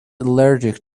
allergic